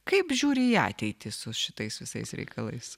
kaip žiūri į ateitį su šitais visais reikalais